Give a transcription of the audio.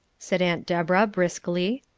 said aunt deborah, briskly.